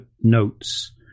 notes